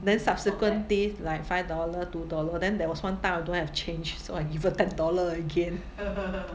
then subsequent teeth like five dollar two dollar then there was one time I don't have change so I give her ten dollar again